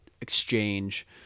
exchange